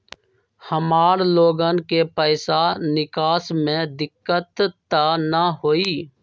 हमार लोगन के पैसा निकास में दिक्कत त न होई?